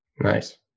Nice